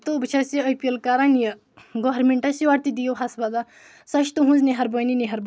تہٕ بہٕ چھس یہِ أپیٖل کَران یہِ گورمِنٹَس یورٕ تہِ دِیِو ہَسپتال سۄ چھِ تُہٕنٛز مہَربٲنی مہَربٲنی